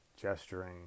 gesturing